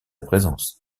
présence